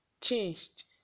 changed